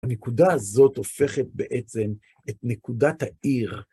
הנקודה הזאת הופכת בעצם את נקודת העיר.